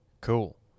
Cool